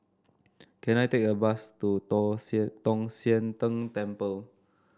can I take a bus to Tall Sian Tong Sian Tng Temple